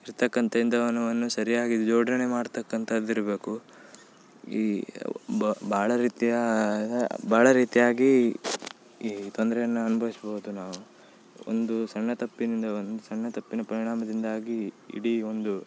ಇರ್ತಕ್ಕಂಥ ಇಂಧನವನ್ನು ಸರಿಯಾಗಿ ಜೋಡಣೆ ಮಾಡ್ತಕ್ಕಂಥದ್ದಿರಬೇಕು ಈ ಭಾಳ ರೀತಿಯ ಭಾಳ ರೀತಿಯಾಗಿ ಈ ತೊಂದರೆಯನ್ನ ಅನ್ಬವ್ಸ್ಬೋದು ನಾವು ಒಂದು ಸಣ್ಣ ತಪ್ಪಿನಿಂದ ಒಂದು ಸಣ್ಣ ತಪ್ಪಿನ ಪರಿಣಾಮದಿಂದಾಗಿ ಇಡೀ ಒಂದು